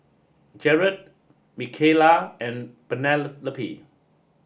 Jaret Micayla and Penelope